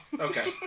Okay